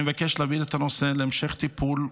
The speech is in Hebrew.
אני מבקש להעביר את הנושא להמשך טיפול,